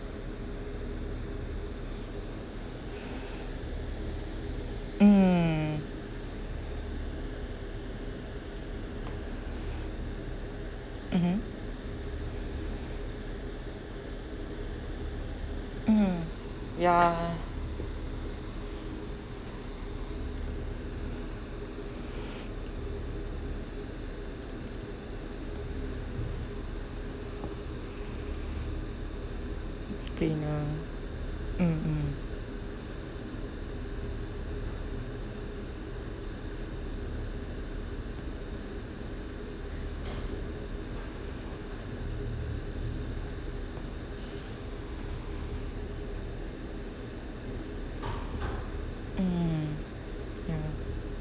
mm mmhmm hmm ya cleaner mm mm mm ya lah